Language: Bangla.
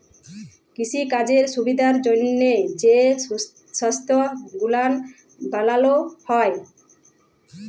কিসিকাজের সুবিধার জ্যনহে যে সংস্থা গুলান বালালো হ্যয়